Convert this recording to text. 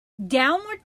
downward